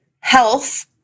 health